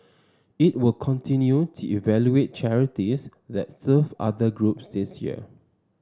it will continue to evaluate charities that serve other groups this year